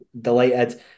delighted